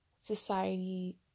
society